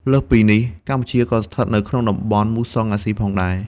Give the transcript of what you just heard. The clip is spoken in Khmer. លើសពីនេះ កម្ពុជាក៏ស្ថិតនៅក្នុងតំបន់មូសុងអាស៊ីផងដែរ។